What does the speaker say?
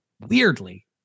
Weirdly